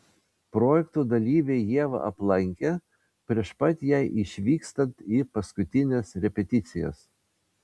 projekto dalyviai ievą aplankė prieš pat jai išvykstant į paskutines repeticijas